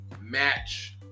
match